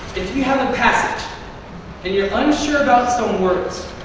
if you have a passage and you're unsure about some words,